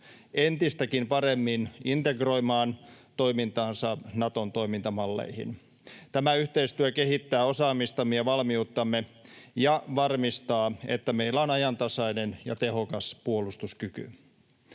entistäkin paremmin integroimaan toimintaansa Naton toimintamalleihin. Tämä yhteistyö kehittää osaamistamme ja valmiuttamme ja varmistaa, että meillä on ajantasainen ja tehokas puolustuskyky.